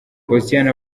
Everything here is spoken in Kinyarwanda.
posiyani